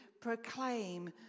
proclaim